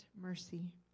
mercy